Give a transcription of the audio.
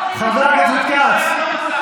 חבר הכנסת כץ,